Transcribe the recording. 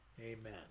amen